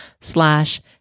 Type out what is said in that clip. slash